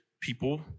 people